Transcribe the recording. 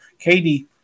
Katie